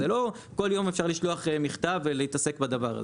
זה לא כל יום אפשר לשלוח מכתב ולהתעסק בדבר הזה.